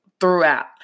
throughout